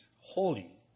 holy